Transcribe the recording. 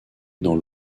dans